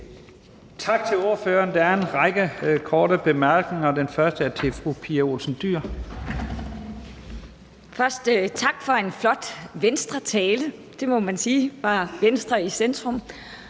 Tak til ordføreren. Der er en række korte bemærkninger, og den første er til fru Pia Olsen Dyhr. Kl. 10:45 Pia Olsen Dyhr (SF): Først tak for en flot Venstretale, det må man sige, hvor Venstre var i centrum,